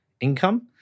income